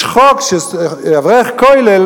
שיש חוק שאברך כולל,